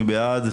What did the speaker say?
מי בעד?